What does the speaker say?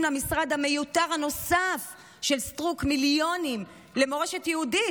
למשרד המיותר הנוסף של סטרוק מיליונים למורשת יהודית,